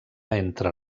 entre